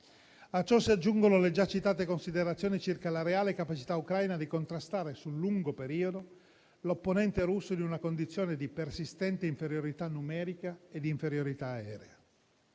A ciò si aggiungono le già citate considerazioni circa la reale capacità ucraina di contrastare sul lungo periodo l'opponente russo in una condizione di persistente inferiorità numerica e di inferiorità aerea.